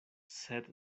sed